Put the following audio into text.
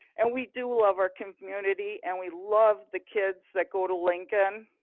and we do love our community and we love the kids that go to lincoln.